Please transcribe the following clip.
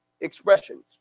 expressions